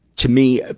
to me, ah